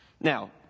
Now